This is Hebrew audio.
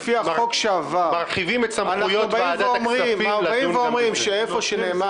לפי החוק שעבר אנחנו אומרים איפה שנאמר